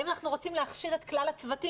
האם אנחנו רוצים להכשיר את כלל הצוותים?